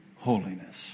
holiness